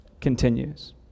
continues